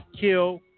kill